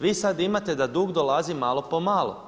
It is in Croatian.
Vi sad imate da dug dolazi malo po malo.